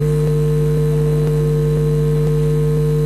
אני רוצה לברך אותך, אני לא הייתי פה.